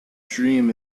dream